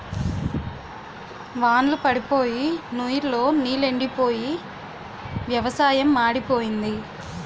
వాన్ళ్లు పడప్పోయి నుయ్ లో నీలెండిపోయి వ్యవసాయం మాడిపోయింది